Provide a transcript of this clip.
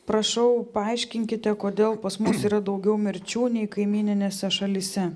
prašau paaiškinkite kodėl pas mus yra daugiau mirčių nei kaimyninėse šalyse